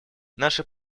наши